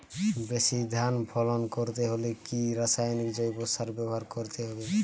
বেশি ধান ফলন করতে হলে কি রাসায়নিক জৈব সার ব্যবহার করতে হবে?